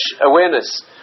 awareness